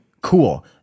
Cool